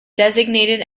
designated